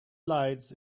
lights